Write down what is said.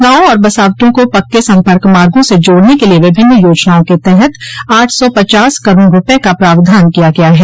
गांवों और बसावटों को पक्के सम्पर्क मार्गो से जोड़ने के लिये विभिन्न योजनाओं के तहत आठ सौ पचास करोड़ रूपये का प्रावधान किया गया है